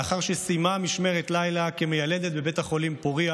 לאחר שסיימה משמרת לילה כמיילדת בבית החולים פוריה,